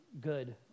good